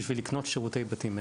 בשביל לקנות שירותי בתים מאזנים.